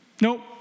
Nope